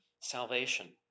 salvation